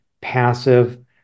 passive